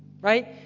Right